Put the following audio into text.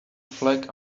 flag